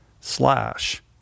slash